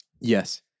yes